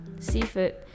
seafood